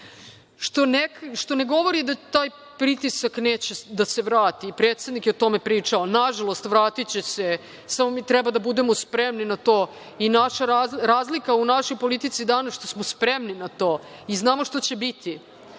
što ne govori da taj pritisak neće da se vrati. Predsednik je o tome pričao. Nažalost, vratiće se, samo mi treba da budemo spremni na to i razlika u našoj politici danas je što smo spremni na to i znamo šta će biti